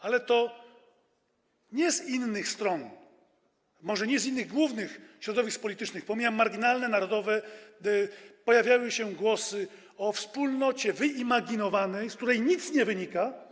Ale to nie z innych stron, może nie z innych głównych środowisk politycznych, pomijam marginalne, narodowe, pojawiały się głosy o wspólnocie wyimaginowanej, z której nic nie wynika.